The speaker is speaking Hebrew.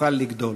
יוכל לגדול.